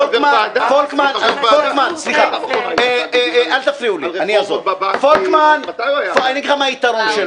פולקמן, אני אומר לך מה היתרון.